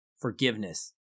forgiveness